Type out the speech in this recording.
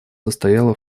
состояла